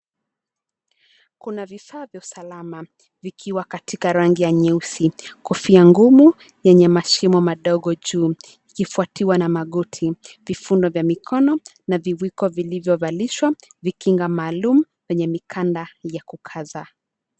Kuna vifaa vya usalama vikiwa katika rangi ya nyeusi. Kofia ngumu yenye mashimo madogo juu ikifuatiwa na magoti. Vifundo vya mikono na viwiko vilivyo valishwa, vikinga maalum yenye mikanda ya kukaza.